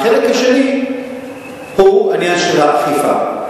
החלק השני הוא העניין של האכיפה,